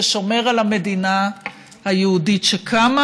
ששומר על המדינה היהודית שקמה.